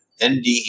NDE